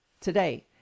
today